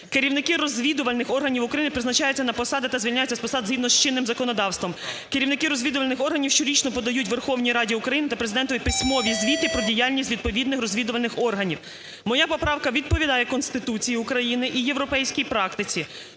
Керівники розвідувальних органів України призначаються на посади та звільняються з посад згідно з чинним законодавством. Керівники розвідувальних органів щорічно подають Верховній Раді України та Президентові письмові звіти про діяльність відповідних розвідувальних органів. Моя поправка відповідає Конституції України і європейській практиці,